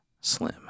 Slim